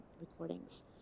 recordings